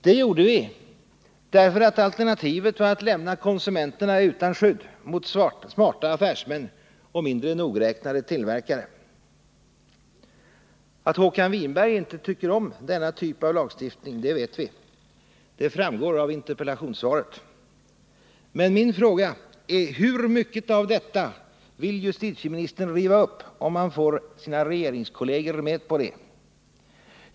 Det gjorde vi därför att alternativet var att lämna konsumenterna utan skydd mot smarta affärsmän och mindre nogräknade tillverkare. Att Håkan Winberg inte tycker om denna typ av lagstiftning vet vi. Det framgår av interpellationssvaret. Men min fråga är: Hur mycket av detta vill justitieministern riva upp om han får sina regeringskolleger med på det?